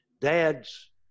Dad's